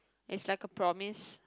it's like a promise